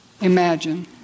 imagine